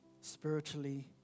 spiritually